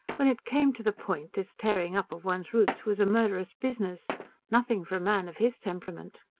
when it came to the point, this tearing up of one's roots was a murderous business nothing for a man of his temperament.